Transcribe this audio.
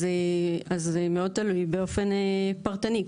אז מאוד תלוי באופן פרטני.